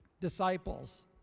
disciples